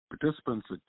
participants